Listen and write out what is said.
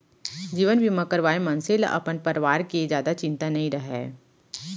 जीवन बीमा करवाए मनसे ल अपन परवार के जादा चिंता नइ रहय